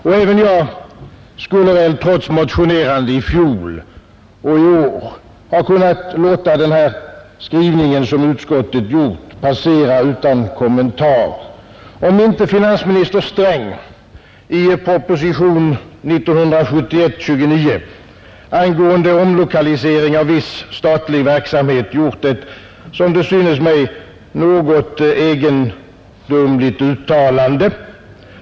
Och även jag skulle väl, motionerande i fjol och i år, ha kunnat låta utskottets skrivning passera utan kommentar, om inte finansminister Sträng i propositionen nr 29 för 1971 angående omlokalisering av viss statlig verksamhet gjort ett, som det synes mig, något egendomligt uttalande.